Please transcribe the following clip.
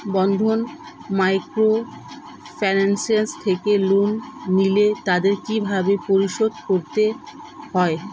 বন্ধন microfinance থেকে loan নিলে তাদের কিভাবে পরিশোধ করতে হয়?